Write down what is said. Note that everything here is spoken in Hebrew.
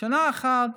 שנה אחת